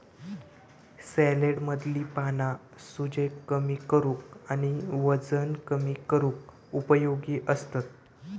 सॅलेडमधली पाना सूजेक कमी करूक आणि वजन कमी करूक उपयोगी असतत